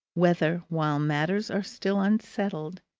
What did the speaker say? whether while matters are still unsettled,